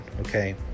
okay